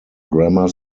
grammar